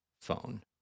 phone